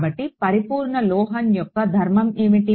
కాబట్టి పరిపూర్ణ లోహం యొక్క ధర్మం ఏమిటి